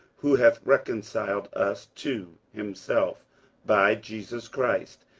who hath reconciled us to himself by jesus christ,